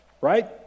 right